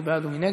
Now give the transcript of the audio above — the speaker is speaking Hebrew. מי בעד ומי נגד?